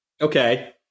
Okay